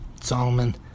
Solomon